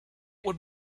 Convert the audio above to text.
would